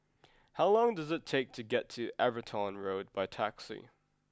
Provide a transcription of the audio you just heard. how long does it take to get to Everton Road by taxi